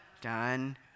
done